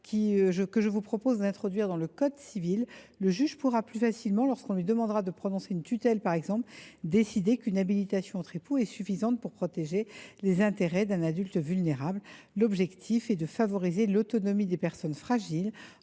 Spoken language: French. que je vous propose d’introduire dans le code civil, le juge pourra plus facilement décider, lorsqu’on lui demandera de prononcer une tutelle, par exemple, qu’une habilitation entre époux est suffisante pour protéger les intérêts d’un adulte vulnérable. Nous souhaitons favoriser l’autonomie des personnes fragiles